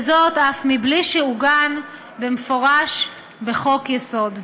וזאת אף מבלי שעוגן במפורש בחוק-היסוד.